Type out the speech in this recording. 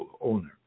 owner